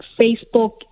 Facebook